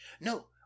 no